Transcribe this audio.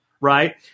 right